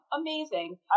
amazing